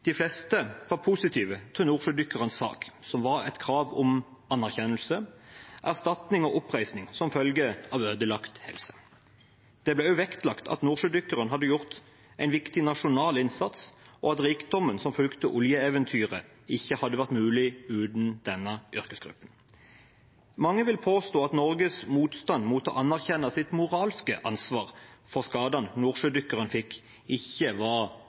som var et krav om annerkjennelse, erstatning og oppreisning som følge av ødelagt helse. Det ble også vektlagt at nordsjødykkerne hadde gjort en viktig nasjonal innsats, og at rikdommen som fulgte oljeeventyret, ikke hadde vært mulig uten denne yrkesgruppen. Mange vil påstå at Norges motstand mot å anerkjenne sitt moralske ansvar for skadene nordsjødykkerne fikk, ikke var